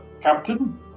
Captain